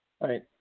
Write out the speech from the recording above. Right